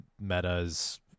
metas